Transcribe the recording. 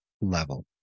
level